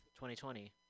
2020